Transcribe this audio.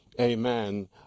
amen